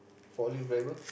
forklift driver